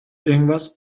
irgendetwas